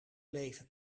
leven